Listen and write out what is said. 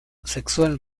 sexual